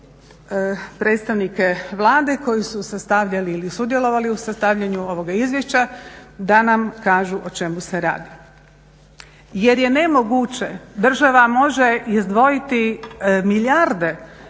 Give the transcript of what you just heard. predstavnike Vlade koji su sastavljali ili sudjelovali u sastavljanju ovoga izvješća da nam kažu o čemu se radi. Jer je nemoguće, država može izdvojiti milijarde